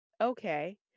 Okay